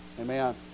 Amen